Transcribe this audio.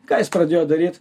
ką jis pradėjo daryt